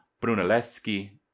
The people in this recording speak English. brunelleschi